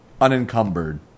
unencumbered